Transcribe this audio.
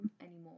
anymore